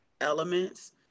elements